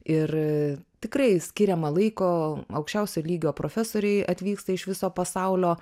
ir tikrai skiriama laiko aukščiausio lygio profesoriai atvyksta iš viso pasaulio